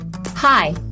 Hi